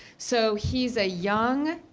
so he's a young,